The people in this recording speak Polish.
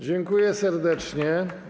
Dziękuję serdecznie.